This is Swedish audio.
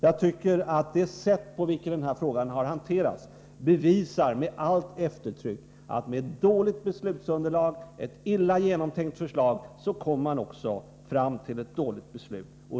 Jag tycker att det sätt på vilket den här frågan har hanterats bevisar med stort eftertryck att man med dåligt beslutsunderlag, ett illa genomtänkt förslag, kommer fram till ett dåligt beslut.